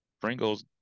Pringle's